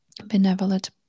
Benevolent